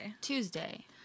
Tuesday